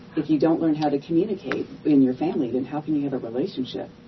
if you don't learn how to communicate, in your family then how can you have a relationship?